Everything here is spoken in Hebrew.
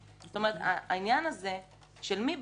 העניין של מי בסוף מחליט,